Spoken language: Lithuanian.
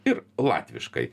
ir latviškai